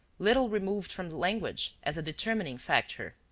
little removed from language as a determining factor.